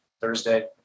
Thursday